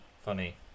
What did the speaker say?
funny